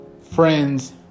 friends